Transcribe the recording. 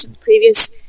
previous